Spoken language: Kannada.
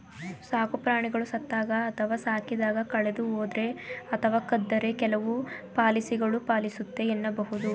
ಸಾಕುಪ್ರಾಣಿಗಳು ಸತ್ತಾಗ ಅಥವಾ ಸಾಕಿದಾಗ ಕಳೆದುಹೋದ್ರೆ ಅಥವಾ ಕದ್ದರೆ ಕೆಲವು ಪಾಲಿಸಿಗಳು ಪಾಲಿಸುತ್ತೆ ಎನ್ನಬಹುದು